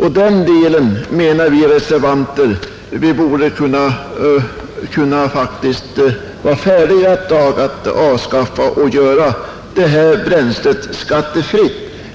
Vi reservanter menar att det faktiskt borde vara tid att i dag avskaffa denna beskattning och göra detta bränsle skattefritt,